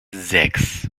sechs